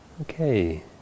okay